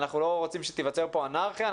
אנחנו לא רוצים שתיווצר פה אנרכיה,